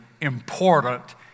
important